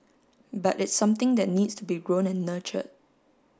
but it's something that needs to be grown and nurtured